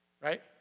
Right